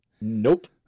Nope